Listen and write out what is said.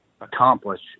accomplish